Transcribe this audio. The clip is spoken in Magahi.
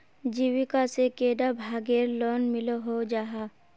जीविका से कैडा भागेर लोन मिलोहो जाहा?